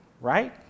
right